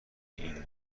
این